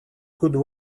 could